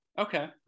Okay